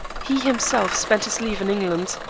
he himself spent his leave in england,